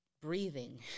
Breathing